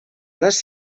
les